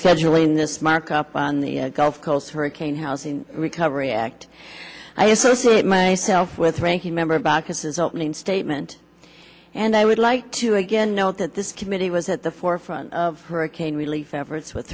scheduling this markup on the gulf coast hurricane housing recovery act i associate myself with ranking member baucus is opening statement and i would like to again note that this committee was at the forefront of hurricane relief